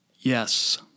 Yes